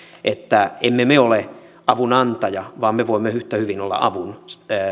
että emme me ole avun antaja vaan me voimme yhtä hyvin olla avun